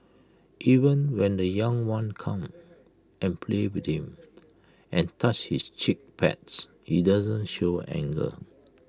even when the young ones come and play with him and touch his cheek pads he doesn't show anger